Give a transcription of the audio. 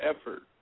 effort